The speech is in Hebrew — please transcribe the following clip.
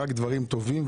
רק דברים טובים,